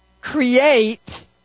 create